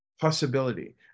possibility